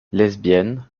lesbienne